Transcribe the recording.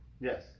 Yes